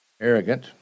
Arrogant